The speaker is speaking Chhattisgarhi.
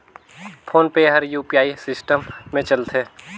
फोन पे हर यू.पी.आई सिस्टम मे चलथे